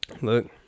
Look